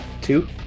Two